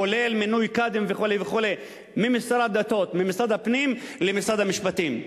כולל מינוי קאדים וכו' ממשרד הפנים למשרד המשפטים.